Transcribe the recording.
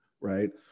right